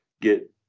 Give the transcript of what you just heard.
get